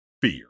fear